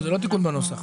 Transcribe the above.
זה לא תיקון בנוסח.